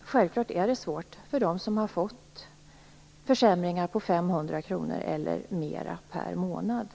Självfallet är det svårt för dem som har fått försämringar i form av sänkta bostadsbidrag med 500 kr eller mer per månad.